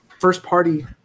first-party